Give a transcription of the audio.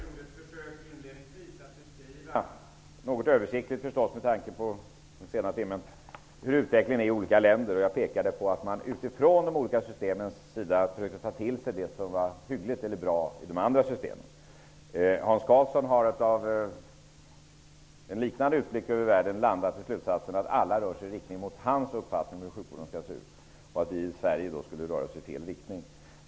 Herr talman! Inledningsvis gjorde jag ett försök att beskriva -- översiktligt, med tanke på den sena timman -- utvecklingen i olika länder. Utifrån sitt eget system försöker man ta till sig det som är bra i andra system. Hans Karlsson har gjort en liknande utblick över världen men kommit till slutsatsen att alla länder rör sig i riktning mot hans uppfattning om hur sjukvården skall se ut och att vi i Sverige skulle röra oss i fel riktning.